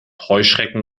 heuschrecken